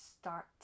start